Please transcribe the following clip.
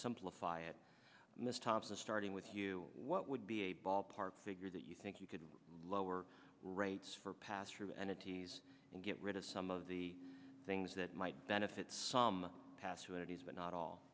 simplify it miss thompson starting with you what would be a ballpark figure that you think you could lower rates for pass through entities and get rid of some of the things that might benefit some pass who it is but not